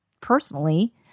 personally